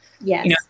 Yes